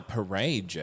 Parade